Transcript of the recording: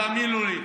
ותאמינו לי,